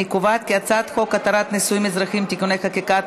אני קובעת כי הצעת חוק התרת נישואין אזרחיים (תיקוני חקיקה),